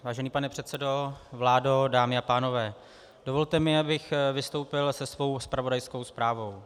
Vážený pane předsedo, vládo, dámy a pánové, dovolte mi, abych vystoupil se svou zpravodajskou zprávou.